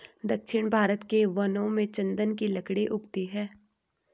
दक्षिण भारत के वनों में चन्दन की लकड़ी उगती है